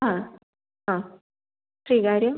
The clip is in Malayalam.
ആ ആ ശ്രീകാര്യം